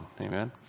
Amen